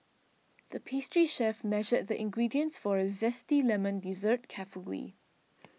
the pastry chef measured the ingredients for a Zesty Lemon Dessert carefully